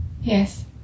Yes